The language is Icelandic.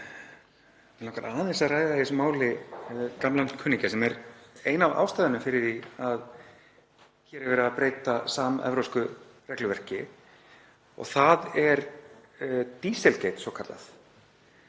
Mig langar aðeins að ræða í þessu máli um gamlan kunningja sem er ein af ástæðunum fyrir því að hér er verið að breyta samevrópsku regluverki, og það er hið svokallaða